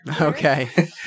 Okay